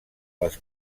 les